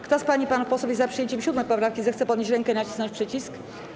Kto z pań i panów posłów jest za przyjęciem 7. poprawki, zechce podnieść rękę i nacisnąć przycisk.